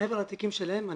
מעבר לתיקים שלהם,